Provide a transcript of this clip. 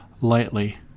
lightly